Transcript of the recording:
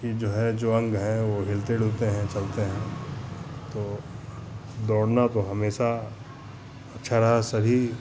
की जो है जो अंग हैं वो हिलते डुलते हैं चलते हैं तो दौड़ना तो हमेशा अच्छा रहा है सही